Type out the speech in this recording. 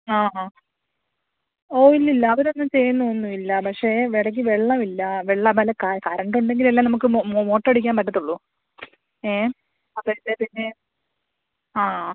ആ ആ ഓ ഇല്ലില്ല അവരൊന്നും ചെയ്യുന്നും ഒന്നുവില്ല പക്ഷേ ഇടയ്ക്ക് വെള്ളമില്ല വെള്ളം പിന്നെ കറണ്ട് ഉണ്ടെങ്കിൽ അല്ലേ നമുക്ക് മോട്ടർ അടിക്കാൻ പറ്റുള്ളൂ ഏ അതല്ലെങ്കിൽ പിന്നെ ആ